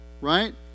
right